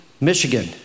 Michigan